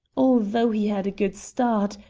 although he had a good start,